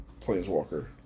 Planeswalker